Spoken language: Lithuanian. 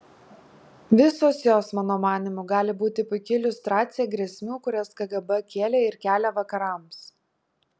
visos jos mano manymu gali būti puiki iliustracija grėsmių kurias kgb kėlė ir kelia vakarams